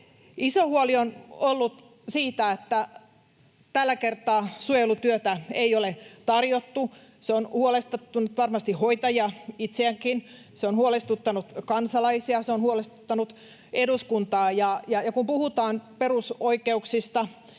Iso huoli on ollut siitä, että tällä kertaa suojelutyötä ei ole tarjottu. Se on huolestuttanut varmasti hoitajia itseäänkin, se on huolestuttanut kansalaisia, se on huolestuttanut eduskuntaa. Ja kun puhutaan perusoikeuksista